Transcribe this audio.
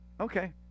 Okay